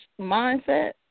mindset